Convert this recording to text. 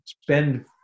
spend